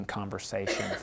conversation